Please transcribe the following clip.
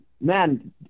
Man